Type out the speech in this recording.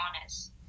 honest